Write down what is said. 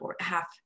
half